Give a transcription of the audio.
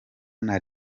naya